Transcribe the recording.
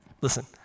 Listen